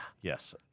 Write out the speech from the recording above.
Yes